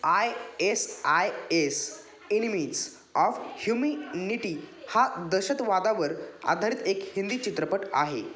I S I S enemies of humanity हा दहशतवादावर आधारित एक हिंदी चित्रपट आहे